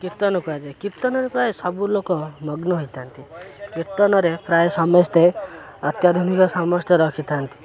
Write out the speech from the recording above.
କୀର୍ତ୍ତନ କୁହାଯାଏ କୀର୍ତ୍ତନରେ ପ୍ରାୟ ସବୁ ଲୋକ ମଗ୍ନ ହୋଇଥାନ୍ତି କୀର୍ତ୍ତନରେ ପ୍ରାୟ ସମସ୍ତେ ଅତ୍ୟାଧୁନିକ ସମସ୍ତେ ରଖିଥାନ୍ତି